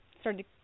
started